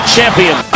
Champion